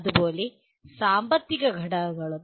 അതുപോലെ സാമ്പത്തിക ഘടകങ്ങളും